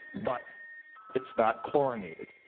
but it's not chlorinated.